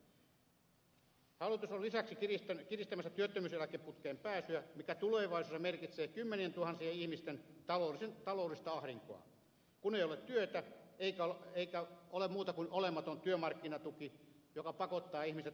hallitus on lisäksi kiristämässä työttömyyseläkeputkeen pääsyä mikä tulevaisuudessa merkitsee kymmenien tuhansien ihmisten taloudellista ahdinkoa kun ei ole työtä eikä ole muuta kuin olematon työmarkkinatuki joka pakottaa ihmiset hakemaan toimeentulotukea